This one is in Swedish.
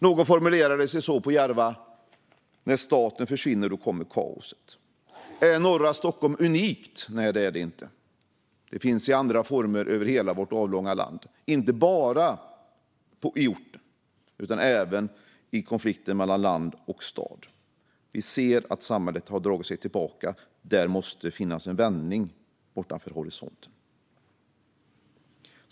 När staten försvinner, då kommer kaoset - så formulerade någon på Järva det. Är norra Stockholm unikt? Nej, det är det inte. Detta finns i andra former över hela vårt avlånga land, inte bara i orten utan även i konflikten mellan land och stad. Vi ser att samhället har dragit sig tillbaka. Det måste finns en vändning bortanför horisonten.